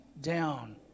down